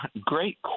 great